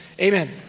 amen